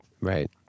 Right